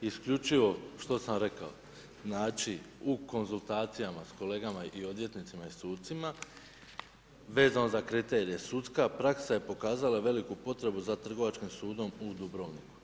Isključivo što sam rekao, znači u konzultacijama s kolegama odvjetnicima i sucima, vezano za kriterije, sudska praksa je pokazala veliku potrebu za Trgovačkim sudom u Dubrovniku.